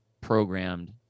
programmed